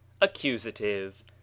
Accusative